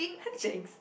thanks